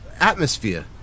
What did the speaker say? atmosphere